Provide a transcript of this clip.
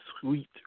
sweet